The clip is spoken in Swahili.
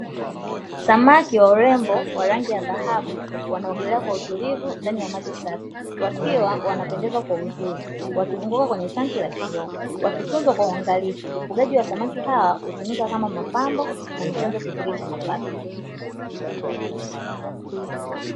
Samaki wa urembo wa rangi ya dhahabu wanaogelea kwa utulivu ndani ya maji safi, wakiwa wanapendeza kwa uzuri wakizunguka kwenye tanki la kioo wakitunzwa kwa uangalifu. Ufugaji wa samaki hawa hutumika kama mapambo na ni chanzo kizuri cha mapato.